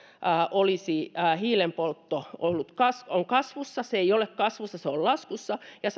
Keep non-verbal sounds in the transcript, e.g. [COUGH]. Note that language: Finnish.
olisi hiilenpoltto kasvussa se ei ole kasvussa se on laskussa ja [UNINTELLIGIBLE]